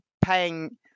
paying